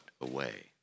away